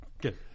Good